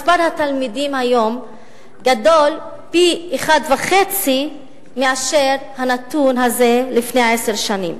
מספר התלמידים היום גדול פי-1.5 מאשר הנתון הזה לפני עשר שנים,